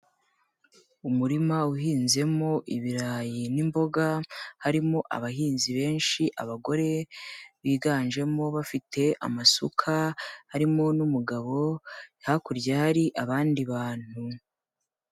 Umurima uhinzemo ibirayi n'imboga, harimo abahinzi benshi abagore biganjemo bafite amasuka, harimo n'umugabo, hakurya hari abandi bantu.